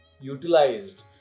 utilized